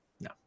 No